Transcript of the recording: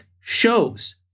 shows